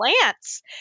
plants